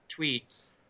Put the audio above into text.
tweets